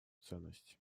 ценность